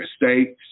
mistakes